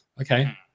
okay